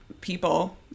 people